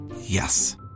Yes